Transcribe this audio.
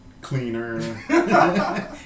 cleaner